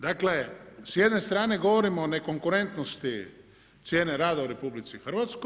Dakle, s jedne strane govorimo o nekonkurentnosti cijene rada u RH.